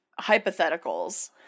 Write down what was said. hypotheticals